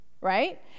right